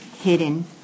hidden